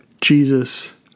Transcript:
Jesus